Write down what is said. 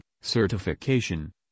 certification